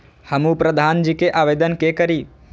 हमू प्रधान जी के आवेदन के करी?